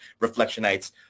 Reflectionites